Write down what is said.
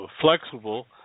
flexible